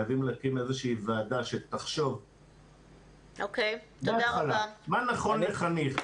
חייבים להקים איזושהי ועשה שתחשוב מה נכון לחניך,